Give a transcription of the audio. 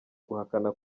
guhakana